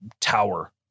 tower